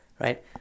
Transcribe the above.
right